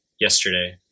yesterday